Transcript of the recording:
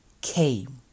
came